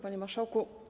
Panie Marszałku!